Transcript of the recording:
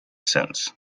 since